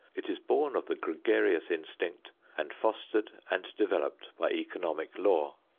it is born of the gregarious instinct and fostered and developed by economic law.